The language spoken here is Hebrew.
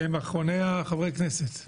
אתם אחרוני חברי הכנסת.